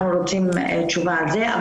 אנחנו רוצים תשובה על זה,